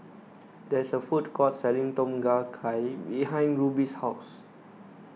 there is a food court selling Tom Kha Gai behind Ruby's house